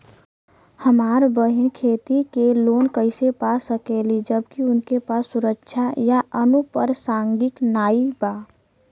हमार बहिन खेती के लोन कईसे पा सकेली जबकि उनके पास सुरक्षा या अनुपरसांगिक नाई बा?